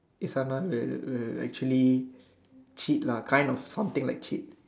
Zana will will actually cheat lah kind of something like cheat